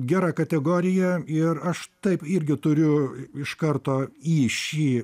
gera kategorija ir aš taip irgi turiu iš karto į šį